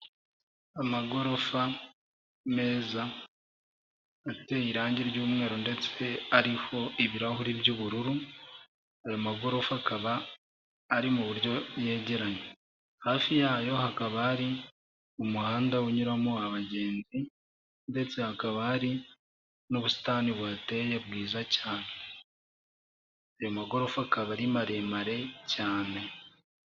Amagorofa meza ateye irangi ry'umweru ndetse ariho ibirahuri by'ubururu, ayo magorofa akaba ari mu buryo yegeranye, hafi yayo hakaba hari umuhanda unyuramo abagenzi, ndetse hakaba hari n'ubusitani buhateye bwiza cyane, ayo magorofa akaba ari maremare cyane.